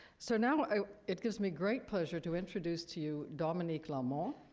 so now it gives me great pleasure to introduce to you dominique lallement,